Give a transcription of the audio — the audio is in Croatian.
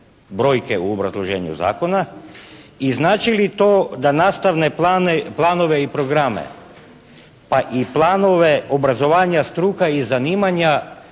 u obrazloženju zakona.